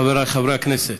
חבריי חברי הכנסת,